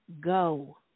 go